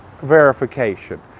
verification